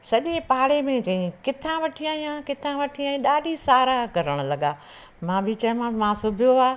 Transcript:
सॾे पाड़े में चई किथां वठी आई आहे किथां वठी आहे ॾाढी साराह करण लॻा मां बि चयोमांसि सिबियो आहे